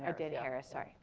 ah dan yeah harris, sorry.